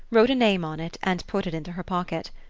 wrote a name on it, and put it into her pocket.